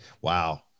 Wow